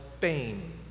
pain